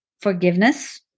forgiveness